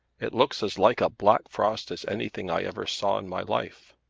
it looks as like a black frost as anything i ever saw in my life.